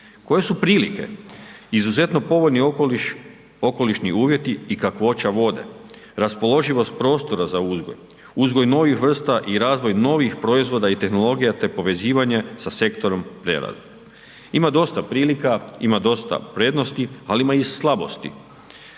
Koje su prilike? Izuzetno povoljni okolišni uvjeti i kakvoća vode, raspoloživost prostora za uzgoj, uzgoj novih vrsta i razvoj novih proizvoda i tehnologija te povezivanje sa sektorom prerade. Ima dosta prilika, ima dosta prednosti ali ima i slabosti.